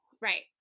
Right